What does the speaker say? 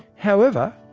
however,